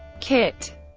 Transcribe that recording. kit